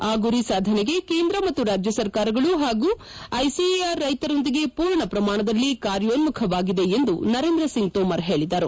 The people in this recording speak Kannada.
ಆ ಗುರಿ ಸಾಧನೆಗೆ ಕೇಂದ್ರ ಮತ್ತು ರಾಜ್ನ ಸರ್ಕಾರಗಳು ಹಾಗೂ ಐಸಿಎಆರ್ ರೈಶರೊಂದಿಗೆ ಮೂರ್ಣ ಪ್ರಮಾಣದಲ್ಲಿ ಕಾರ್ಯೋನ್ನುಖವಾಗಿದೆ ಎಂದು ನರೇಂದ್ರ ಸಿಂಗ್ ತೋಮರ್ ಹೇಳಿದರು